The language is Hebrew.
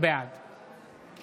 בעד